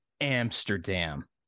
Amsterdam